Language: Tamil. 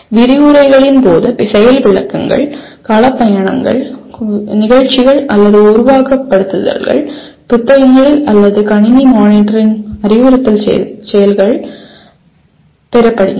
விரிவுரைகளின் போது செயல் விளக்கங்கள் களப் பயணங்கள் நிகழ்ச்சிகள் அல்லது உருவகப்படுத்துதல்கள் புத்தகங்களில் அல்லது கணினி மானிட்டரில் இன் அறிவுறுத்தல் செய்திகள் பெறப்படுகின்றன